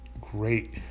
great